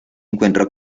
encuentra